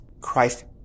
Christ